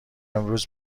امروز